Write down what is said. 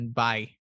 bye